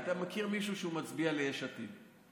מישהו שמצביע ליש עתיד.